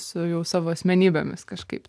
su jau savo asmenybėmis kažkaip